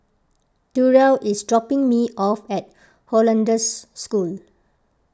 Durell is dropping me off at Hollandse School